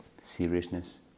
seriousness